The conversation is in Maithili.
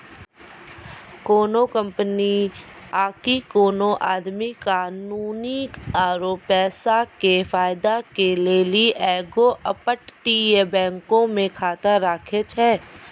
कोनो कंपनी आकि कोनो आदमी कानूनी आरु पैसा के फायदा के लेली एगो अपतटीय बैंको मे खाता राखै छै